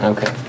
Okay